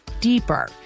deeper